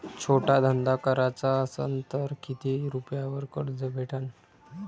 छोटा धंदा कराचा असन तर किती रुप्यावर कर्ज भेटन?